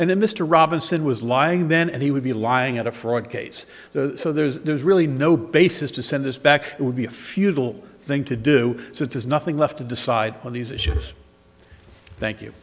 and then mr robinson was lying then and he would be lying at a fraud case so there's really no basis to send this back would be a futile thing to do so it's nothing left to decide on these issues thank you